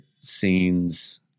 scenes